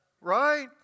Right